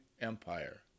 Empire